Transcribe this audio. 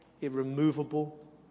irremovable